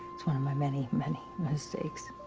it's one of my many, many mistakes.